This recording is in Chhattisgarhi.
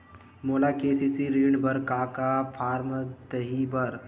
मोला के.सी.सी ऋण बर का का फारम दही बर?